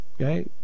Okay